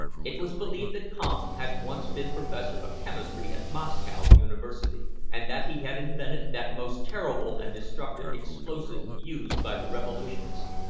it was believed that kampf had once been professor of chemistry at moscow university, and that he had invented that most terrible and destructive explosive used by the revolutionists.